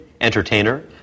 entertainer